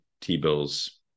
T-bills